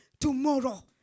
tomorrow